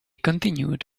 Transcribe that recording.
continued